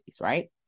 right